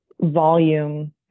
volume